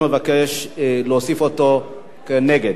נגד,